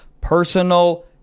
personal